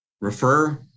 refer